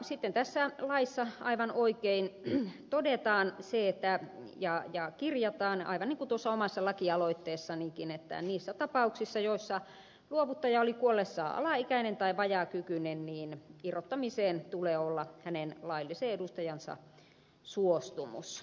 sitten tässä laissa aivan oikein todetaan ja kirjataan aivan niin kuin tuossa omassa lakialoitteessanikin että niissä tapauksissa joissa luovuttaja oli kuollessaan alaikäinen tai vajaakykyinen irrottamiseen tulee olla hänen laillisen edustajansa suostumus